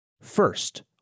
First